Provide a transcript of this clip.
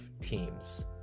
teams